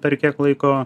per kiek laiko